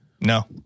no